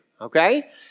Okay